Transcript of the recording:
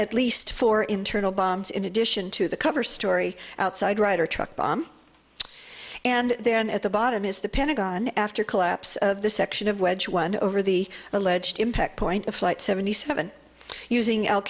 at least four internal bombs in addition to the cover story outside ryder truck bomb and then at the bottom is the pentagon after collapse of the section of wedge one over the alleged impact point of flight seventy seven using al